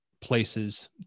places